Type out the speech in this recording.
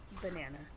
banana